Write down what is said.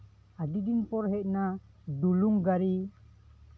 ᱟᱹᱰᱤ ᱫᱤᱱ ᱯᱚᱨ ᱦᱮᱡ ᱮᱱᱟ ᱰᱩᱞᱩᱝ ᱜᱟᱹᱰᱤ